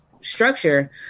structure